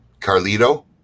Carlito